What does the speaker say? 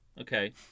Okay